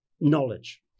knowledge